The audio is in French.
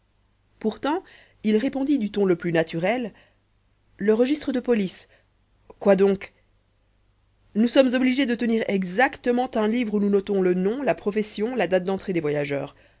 pourtant il répondit du ton le plus naturel le registre de police quoi donc nous sommes obligés de tenir exactement un livre où nous notons le nom la profession la date d'entrée des voyageurs